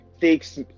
takes